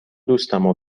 دوستمو